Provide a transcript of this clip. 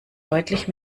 deutlich